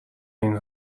این